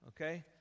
okay